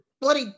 bloody